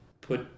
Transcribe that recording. put